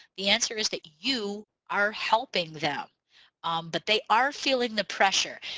the answer is that you are helping them but they are feeling the pressure.